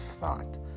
thought